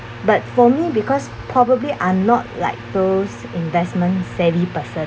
but for me because probably I'm not like those investment savvy person